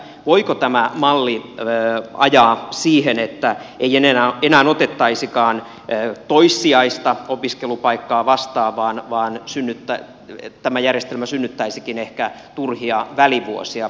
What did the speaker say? voiko tämä malli ajaa siihen että ei enää otettaisikaan toissijaista opiskelupaikkaa vastaan vaan tämä järjestelmä synnyttäisikin ehkä turhia välivuosia